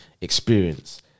experience